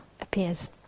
appears